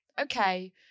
Okay